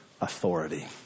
authority